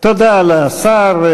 תודה לשר.